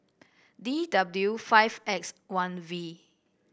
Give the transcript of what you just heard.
D W five X one V